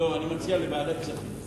לוועדת כספים.